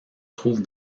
trouve